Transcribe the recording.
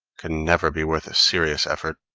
can never be worth a serious effort.